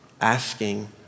asking